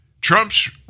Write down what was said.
Trump's